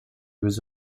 was